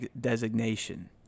designation